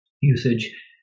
usage